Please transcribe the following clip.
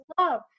love